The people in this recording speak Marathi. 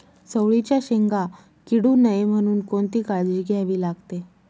चवळीच्या शेंगा किडू नये म्हणून कोणती काळजी घ्यावी लागते?